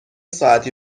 ساعتی